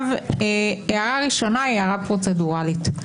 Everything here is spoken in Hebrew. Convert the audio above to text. הערה ראשונה היא הערה פרוצדורלית.